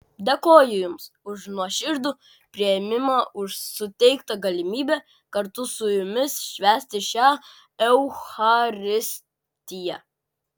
dėkoju jums už nuoširdų priėmimą už suteiktą galimybę kartu su jumis švęsti šią eucharistiją